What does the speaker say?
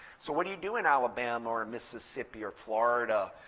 so what do you do in alabama, or mississippi, or florida,